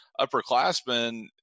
upperclassmen